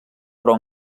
però